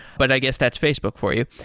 but i guess that's facebook for you.